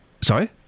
Sorry